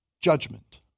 judgment